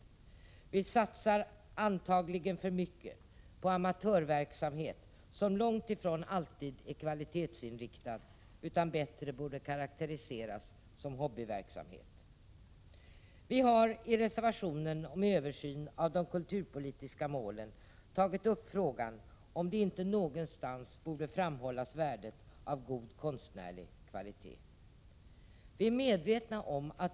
Det satsas antagligen för mycket på amatörverksamhet, som långt ifrån alltid är kvalitetsinriktad utan bättre borde karakteriseras som hobbyverksamhet. I reservationen om en översyn av de kulturpolitiska målen tas frågan upp om inte värdet av god konstnärlig kvalitet borde framhållas någonstans.